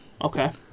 Okay